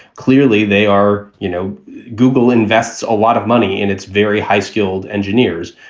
clearly, they are you know google invests a lot of money in its very high skilled engineers.